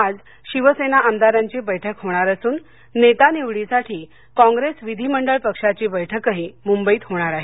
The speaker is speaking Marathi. आज शिवसेना आमदारांची बैठक होणार असूननेता निवडीसाठी कॉंग्रेस विधिमंडळ पक्षाची बैठकही मुंबईत होणार आहे